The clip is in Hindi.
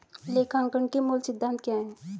लेखांकन के मूल सिद्धांत क्या हैं?